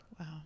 wow